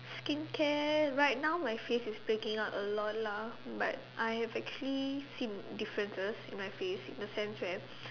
skincare right now my face is breaking out a lot lah but I have actually seen differences in my face in the sense where